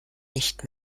nicht